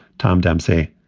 tom dempsey.